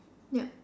yup